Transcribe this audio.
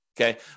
Okay